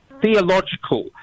theological